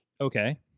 Okay